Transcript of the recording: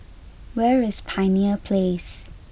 where is Pioneer Place